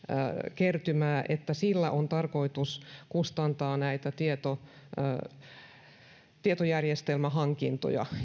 kertymää että sillä on tarkoitus kustantaa näitä tietojärjestelmähankintoja